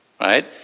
right